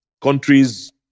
Countries